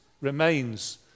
remains